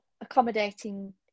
accommodating